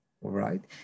right